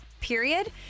period